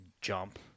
jump